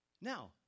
Now